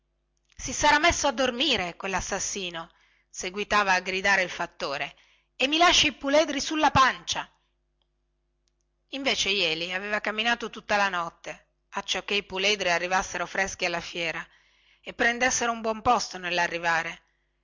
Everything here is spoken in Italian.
si sarà messo a dormire quellassassino seguita a gridare il fattore e mi lascia i puledri sulla pancia invece jeli aveva camminato tutta la notte acciocchè i puledri arrivassero freschi alla fiera e prendessero un buon posto nellarrivare